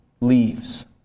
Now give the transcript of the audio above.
leaves